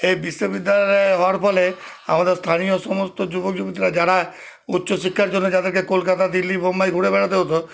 এই বিশ্ববিদ্যালয় হওয়ার ফলে আমাদের স্থানীয় সমস্ত যুবক যুবতীরা যারা উচ্চ শিক্ষার জন্য যাদেরকে কলকাতা দিল্লি বোম্বাই ঘুরে বেড়াতে হতো